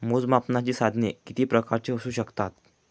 मोजमापनाची साधने किती प्रकारची असू शकतात?